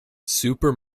super